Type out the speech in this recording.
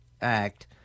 act